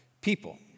people